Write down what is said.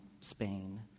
Spain